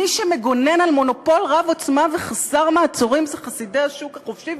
מי שמגונן על מונופול רב-עוצמה וחסר מעצורים זה חסידי השוק החופשי,